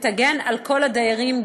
ויגן על כל הדיירים,